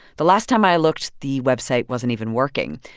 the last time i looked, the website wasn't even working.